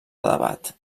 debat